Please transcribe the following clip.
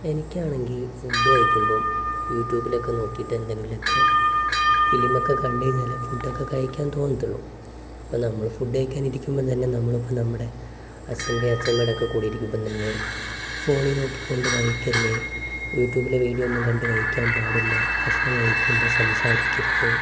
എനിക്ക് ആണെങ്കിൽ ഫുഡ് കഴിക്കുമ്പം യൂട്യൂബിലൊക്കെ നോക്കിയിട്ട് എന്തെങ്കിലുമൊക്കെ ഫിലിം ഒക്കെ കണ്ടു കഴിഞ്ഞാലേ ഫുഡൊക്കെ കഴിക്കാൻ തോന്നുള്ളൂ അപ്പോൾ നമ്മൾ ഫുഡ് കഴിക്കാൻ ഇരിക്കുമ്പോൾ തന്നെ നമ്മളിപ്പം നമ്മുടെ അച്ഛന്റെയും അച്ഛമ്മയുടെ ഒക്കെ കൂടെ ഇരിക്കുമ്പോൾ തന്നെ ഫോണിൽ നോക്കിക്കൊണ്ട് കഴിക്കല്ലേ യൂട്യൂബിലെ വീഡിയോ ഒന്നും കണ്ട് കഴിക്കാൻ പാടില്ല ഭക്ഷണം കഴിക്കുമ്പോൾ സംസാരിക്കരുത്